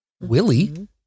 Willie